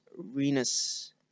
Renus